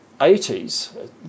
80s